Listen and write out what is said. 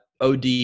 OD